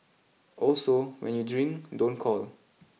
also when you drink don't call